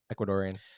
Ecuadorian